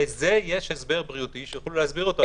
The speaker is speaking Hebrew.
לזה יש הסבר בריאותי, שיוכלו להסביר אותו.